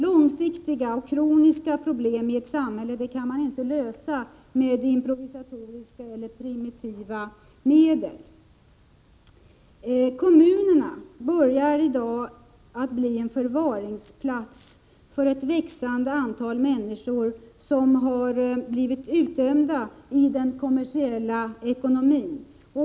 Långsiktiga och kroniska problem i ett samhälle kan man inte lösa med improvisatoriska eller primitiva medel. Kommunerna börjar i dag bli en förvaringsplats för ett växande antal människor som har blivit utdömda i den kommersiella ekonomin.